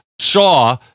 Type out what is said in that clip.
Shaw